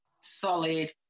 solid